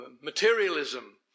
materialism